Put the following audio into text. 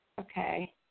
Okay